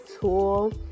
tool